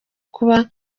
kuba